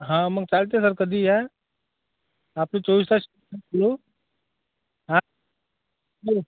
हां मग चालते सर कधीही या आपले चोवीस तास सुरु हां